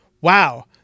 wow